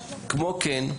כמו כן,